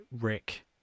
Rick